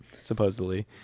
supposedly